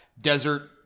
desert